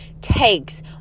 takes